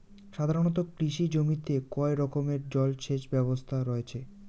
সাধারণত কৃষি জমিতে কয় রকমের জল সেচ ব্যবস্থা রয়েছে?